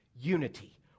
unity